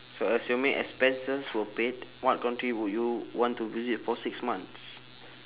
so assuming expenses were paid what country would you want to visit for six months